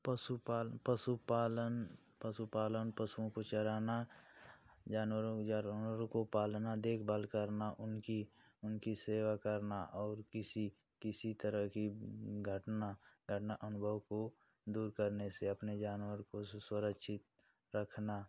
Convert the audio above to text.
पशुपाल पशुपालन पशुपालन पशुओं को चराना जानवरों को जानवरों को पालना देखभाल करना उनकी उनकी सेवा करना और किसी किसी तरह की घटना घटना अनुभव को दूर करने से अपने जानवर को सु सुरक्षित रखना